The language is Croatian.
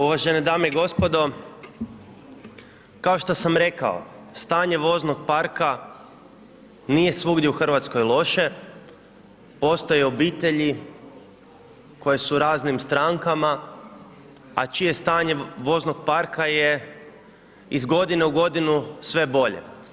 Uvažene dame i gospodo, kao što sam rekao, stanje voznog parka, nije svugdje u Hrvatskoj loše, postoje obitelji, koje su u raznim strankama, a čije stanje voznog parka je iz godine u godinu sve bolje.